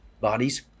bodies